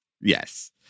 Yes